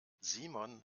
simon